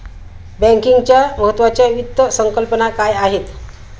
बँकिंगच्या महत्त्वाच्या वित्त संकल्पना काय आहेत?